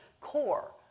core